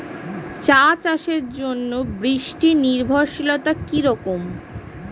চা চাষের জন্য বৃষ্টি নির্ভরশীলতা কী রকম?